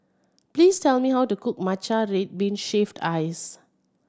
please tell me how to cook matcha red bean shaved ice